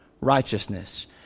righteousness